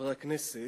חברי הכנסת,